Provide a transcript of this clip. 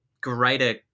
greater